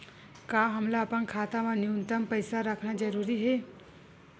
का हमला अपन खाता मा न्यूनतम पईसा रखना जरूरी हे?